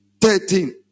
Thirteen